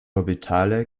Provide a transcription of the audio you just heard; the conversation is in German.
orbitale